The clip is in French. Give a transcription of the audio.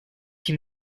qui